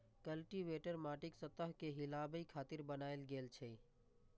cultivator माटिक सतह कें हिलाबै खातिर बनाएल गेल छै